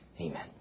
Amen